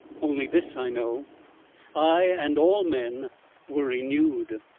only this i know i and all men were renewed.